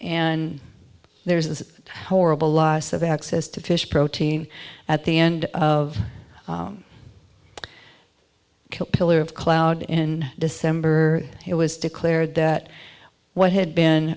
and there's this horrible loss of access to fish protein at the end of pillar of cloud in december it was declared that what had been